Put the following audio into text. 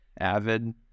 avid